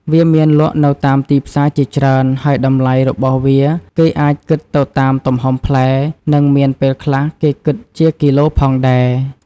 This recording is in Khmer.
វាមានលក់នៅតាមទីផ្សារជាច្រើន ហើយតម្លៃរបស់វាគេអាចគិតទៅតាមទំហំផ្លែ និងមានពេលខ្លះគេគិតជាគីឡូផងដែរ។